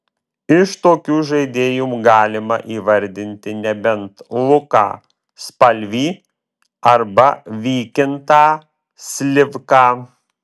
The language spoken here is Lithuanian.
iš tokių žaidėjų galima įvardinti nebent luką spalvį arba vykintą slivką